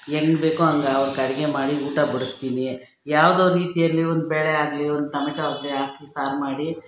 ಹೆಂಗೆ ಬೇಕೋ ಹಂಗೆ ಅವುಕ್ಕೆ ಅಡುಗೆ ಮಾಡಿ ಊಟ ಬಡಿಸ್ತೀನಿ ಯಾವುದೋ ರೀತಿಯಲ್ಲಿ ಒಂದು ಬೇಳೆಯಾಗಲಿ ಒಂದು ಟೊಮ್ಯಾಟೋ ಆಗಲಿ ಹಾಕಿ ಸಾರು ಮಾಡಿ